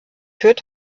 führt